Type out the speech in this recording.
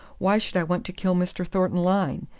why should i want to kill mr. thornton lyne?